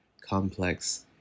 complex